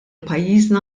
pajjiżna